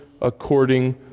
according